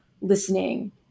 listening